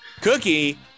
Cookie